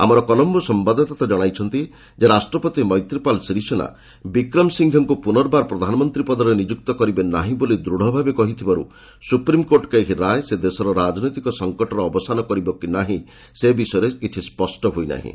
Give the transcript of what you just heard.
ଆମର କଲମ୍ବୋ ସମ୍ଭାଦଦାତା ଜଣାଇଛନ୍ତି ରାଷ୍ଟ୍ରପତି ମୈତ୍ରୀପାଲ ଶିରିସେନା ବିକ୍ରମ ସିଂଘେଙ୍କୁ ପୁନର୍ବାର ପ୍ରଧାନମନ୍ତ୍ରୀ ପଦରେ ନିଯୁକ୍ତ କରିବେ ନାହିଁ ବୋଲି ଦୂଢ଼ ଭାବେ କହିଥିବାରୁ ସୁପ୍ରିମ୍କୋର୍ଟଙ୍କ ଏହି ରାୟ ସେ ଦେଶର ରାଜନୈତିକ ସଂକଟର ଅବସାନ କରିବ କି ନାହିଁ ସେ ବିଷୟରେ କିଛି ସ୍ୱଷ୍ଟ ହୋଇନାହିଁ